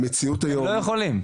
הם פשוט לא יכולים.